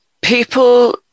people